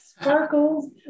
sparkles